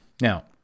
now